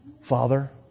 Father